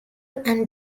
and